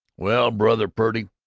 well, brother purdy,